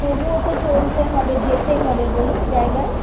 তবুও তো চলতে হবে যেতে হবে বলুন জায়গায়